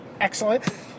Excellent